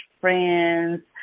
friends